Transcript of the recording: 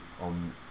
on